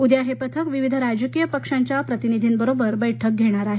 उद्या हे पथक विविध राजकीय पक्षांच्या प्रतिनिधींबरोबर बैठक घेणार आहे